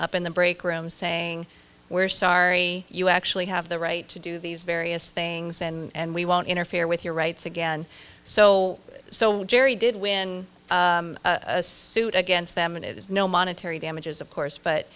up in the break room saying we're sorry you actually have the right to do these various things and we won't interfere with your rights again so so jerry did win a suit against them and it is no monetary damages of course but